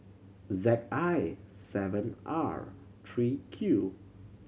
Z I seven R three Q